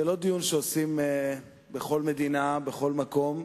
זה לא דיון שעושים בכל מדינה, בכל מקום.